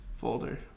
folder